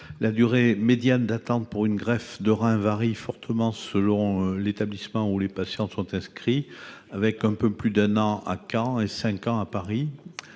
la durée médiane d'attente, pour une greffe de rein, varie fortement selon l'établissement où les patients sont inscrits : un peu plus d'un an à Caen et plus de cinq ans à Paris